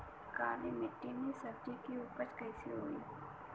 काली मिट्टी में सब्जी के उपज कइसन होई?